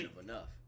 enough